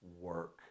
work